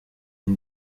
b’u